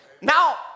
Now